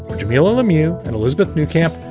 jamilah lemieux and elizabeth new camp.